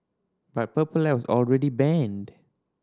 but Purple Light was already banned